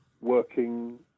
Working